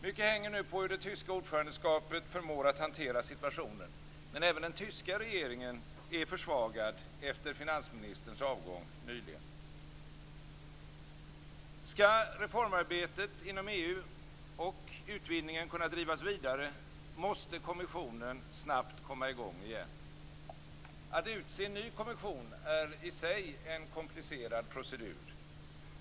Mycket hänger på hur det tyska ordförandeskapet förmår att hantera situationen. Men även den tyska regeringen är försvagad efter finansministerns avgång nyligen. Skall reformarbetet inom EU och utvidgningen kunna drivas vidare måste kommissionen snabbt komma i gång igen. Att utse en ny kommission är i sig en komplicerad procedur.